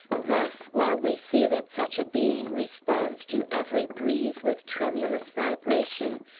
thus, while we see that such a being responds to every breeze with tremulous vibration,